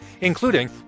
including